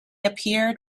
appeared